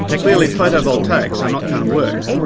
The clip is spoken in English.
clearly photo-voltaics are not going to work.